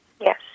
Yes